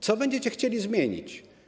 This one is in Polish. Co będziecie chcieli zmienić?